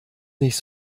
nicht